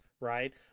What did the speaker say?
right